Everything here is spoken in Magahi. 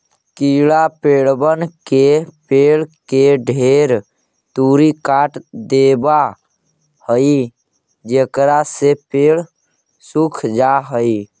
कीड़ा पेड़बन के जड़ के ढेर तुरी काट देबा हई जेकरा से पेड़ सूख जा हई